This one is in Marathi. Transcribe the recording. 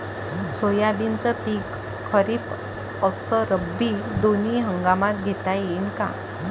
सोयाबीनचं पिक खरीप अस रब्बी दोनी हंगामात घेता येईन का?